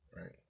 right